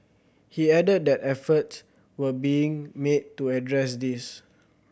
he added that efforts were being made to address this